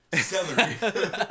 celery